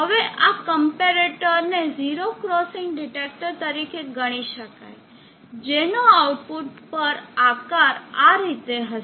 હવે આ કમ્પેરેટર ને ઝીરો ક્રોસિંગ ડિટેક્ટર તરીકે ગણી શકાય જેનો આઉટપુટ પર આકાર આ રીતે હશે